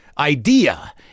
idea